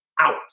out